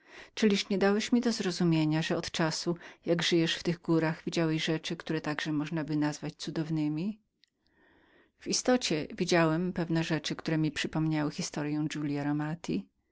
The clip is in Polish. to czyliż niedałeś mi do zrozumienia że od czasu jak żyjesz w tych górach widziałeś rzeczy które także możnaby nazwać cudownemi w istocie widziałem pewne rzeczy które mi przypomniały historyę giulia romati